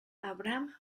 abraham